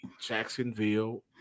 Jacksonville